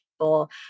people